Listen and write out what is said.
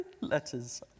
letters